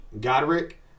Godric